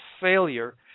failure